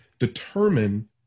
Determine